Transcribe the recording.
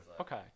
okay